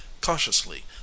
Cautiously